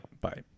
Bye